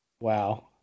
Wow